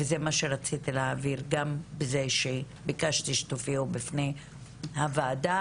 וזה מה שרציתי להעביר גם בזה שביקשתי שתופיעו בפני הוועדה.